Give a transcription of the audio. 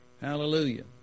hallelujah